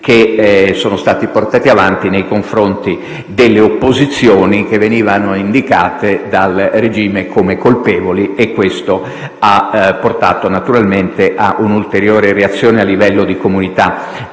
che sono stati portati avanti nei confronti delle opposizioni, che venivano indicate dal regime come colpevoli. Ciò, naturalmente, ha comportato a sua volta un'ulteriore reazione a livello di comunità